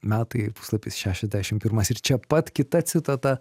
metai puslapis šešiasdešim pirmas ir čia pat kita citata